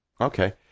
Okay